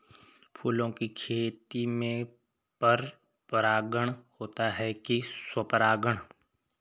फूलों की खेती में पर परागण होता है कि स्वपरागण?